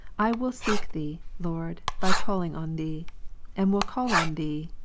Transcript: i will seek thee, lord, by calling on thee and will call on thee,